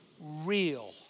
real